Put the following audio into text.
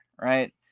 right